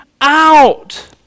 out